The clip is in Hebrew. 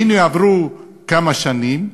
והנה, עברו כמה שנים,